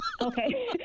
Okay